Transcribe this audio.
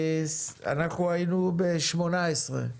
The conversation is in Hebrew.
אנחנו היינו ב-18.